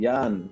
Yan